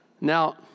Now